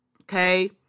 okay